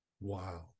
Wow